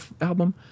album